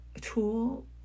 tool